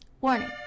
Warning